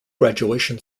graduation